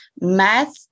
Math